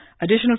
Additional